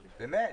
באמת.